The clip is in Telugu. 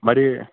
మరి